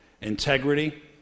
Integrity